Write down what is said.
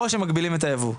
או שמגבילים את הייבוא,